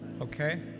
Okay